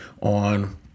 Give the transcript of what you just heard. on